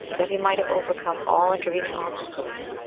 that he might have overcome all intervening obstacles,